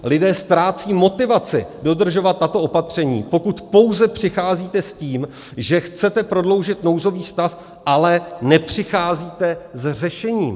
Lidé ztrácejí motivaci dodržovat tato opatření, pokud pouze přicházíte s tím, že chcete prodloužit nouzový stav, ale nepřicházíte s řešením.